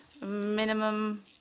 minimum